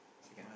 second